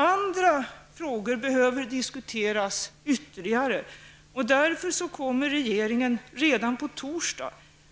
Andra frågor behöver däremot diskuteras ytterligare, och regeringen kommer därför redan på torsdag